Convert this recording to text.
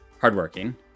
hardworking